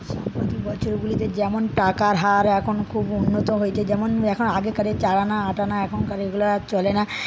প্রতি বছরগুলিতে যেমন টাকার হার এখন খুব উন্নত হয়েছে যেমন এখন আগেকারের চার আনা আট আনা এখনকার এগুলো আর চলে না